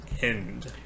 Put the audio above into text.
end